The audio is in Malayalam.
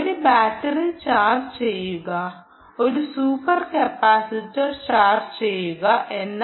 ഒരു ബാറ്ററി ചാർജ് ചെയ്യുക ഒരു സൂപ്പർ കപ്പാസിറ്റർ ചാർജ് ചെയ്യുക എന്ന